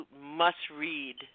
must-read